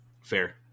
Fair